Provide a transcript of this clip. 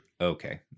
Okay